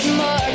more